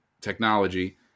technology